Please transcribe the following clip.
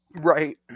right